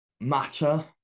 matter